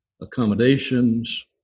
accommodations